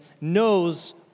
knows